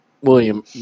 William